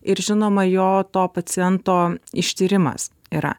ir žinoma jo to paciento ištyrimas yra